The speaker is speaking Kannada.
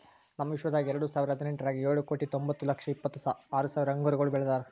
ನಮ್ ವಿಶ್ವದಾಗ್ ಎರಡು ಸಾವಿರ ಹದಿನೆಂಟರಾಗ್ ಏಳು ಕೋಟಿ ತೊಂಬತ್ತು ಲಕ್ಷ ಇಪ್ಪತ್ತು ಆರು ಸಾವಿರ ಅಂಗುರಗೊಳ್ ಬೆಳದಾರ್